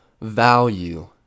value